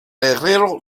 herrero